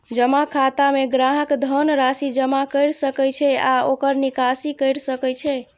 जमा खाता मे ग्राहक धन राशि जमा कैर सकै छै आ ओकर निकासी कैर सकै छै